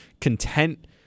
content